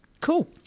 Cool